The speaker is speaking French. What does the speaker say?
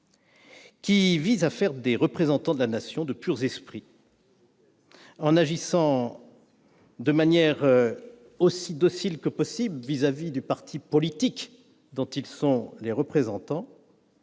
qui vise à faire des représentants de la Nation de purs esprits, qui agiraient de manière aussi docile que possible vis-à-vis du parti politique dont ils sont les représentants,